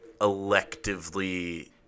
electively